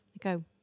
Go